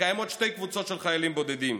שקיימות שתי קבוצות של חיילים בודדים: